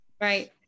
Right